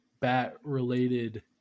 bat-related